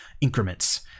increments